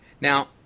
Now